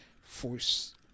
force